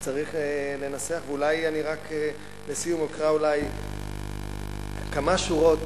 צריך לנסח, ואולי אני רק לסיום אקרא כמה שורות